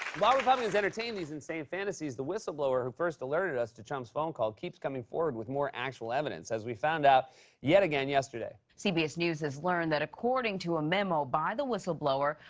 while republicans entertain these insane fantasies, the whistle-blower who first alerted us to trump's phone calls keeps coming forward with more actual evidence, as we found out yet again yesterday. cbs news has learned that according to a memo by the whistle-blower,